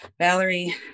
Valerie